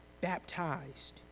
baptized